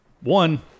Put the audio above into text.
one